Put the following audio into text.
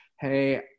hey